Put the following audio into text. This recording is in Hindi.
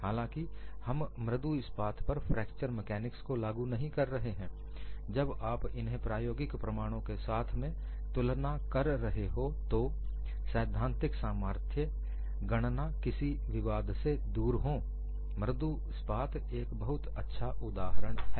हालांकि हम मृदु इस्पात पर फ्रैक्चर मैकानिक्स को लागू नहीं कर रहे हैं जब आप इन्हें प्रायोगिक प्रमाणों के साथ में तुलना कर रहे हो तो सैद्धांतिक सामर्थ्य गणनाएं किसी विवाद से दूर हों मृदु इस्पात एक बहुत अच्छा उदाहरण है